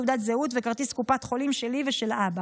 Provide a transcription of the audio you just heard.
תעודת זהות וכרטיס קופת חולים שלי ושל אבא.